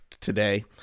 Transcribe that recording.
today